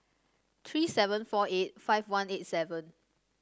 three seven four eight five one eight seven